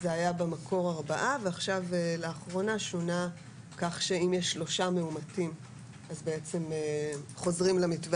זה היה במקור ארבעה ועכשיו שונה כך שאם יש שלושה מאומתים אז חוזרים למתווה